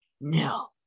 no